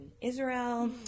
israel